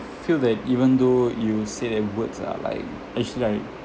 feel that even though you said that words are like actually like